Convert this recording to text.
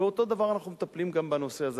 אותו דבר אנחנו מטפלים גם בנושא הזה.